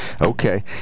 Okay